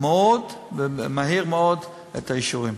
מאוד ומהיר מאוד את נושא האישורים.